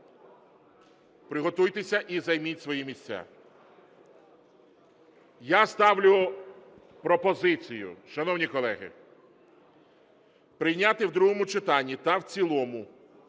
Приготуйтеся і займіть свої місця. Я ставлю пропозицію, шановні колеги, прийняти в другому читанні та в цілому